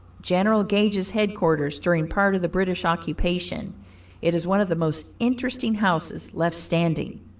general gage's headquarters during part of the british occupation it is one of the most interesting houses left standing.